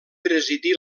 presidí